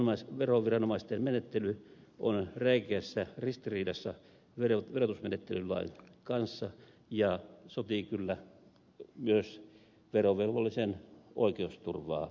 tämä veroviranomaisten menettely on räikeässä ristiriidassa verotusmenettelylain kanssa ja sotii kyllä myös verovelvollisen oikeusturvaa vastaan